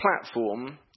platform